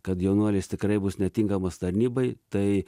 kad jaunuolis tikrai bus netinkamas tarnybai tai